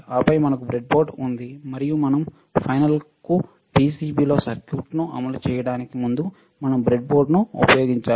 ఆపై మనకు బ్రెడ్బోర్డ్ ఉంది మరియు మనం ఫైనల్కు పిసిబిలో సర్క్యూట్ అమలు చేయడానికి ముందు మనం బ్రెడ్బోర్డును ఉపయోగించాలి